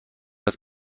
است